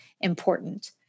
important